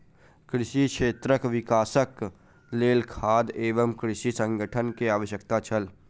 कृषि क्षेत्रक विकासक लेल खाद्य एवं कृषि संगठन के आवश्यकता छल